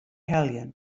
heljen